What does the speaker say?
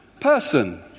person